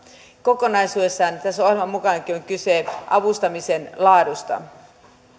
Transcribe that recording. kokonaisuudessaan tässä on ohjelman mukaankin kyse avustamisen laadusta